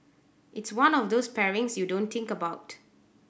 it's one of those pairings you don't think about